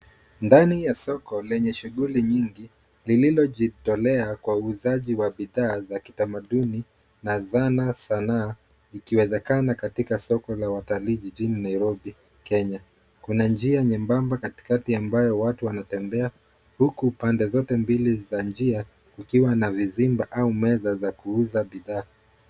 Ndani ya soko lenye shughuli nyingi lilojitolea kwa uuzaji wa bidhaa za kitamaduni na dhana sanaa ikiwezekana katika soko la watalii jijini Nairobi Kenya. Kuna njia nyembamba katikati ambayo watu wanatembea huku pande zote mbili za njia zikiwa na vizimba au meza za kuuza bidhaa.